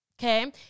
okay